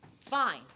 Fine